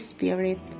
Spirit